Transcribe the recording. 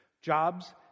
Jobs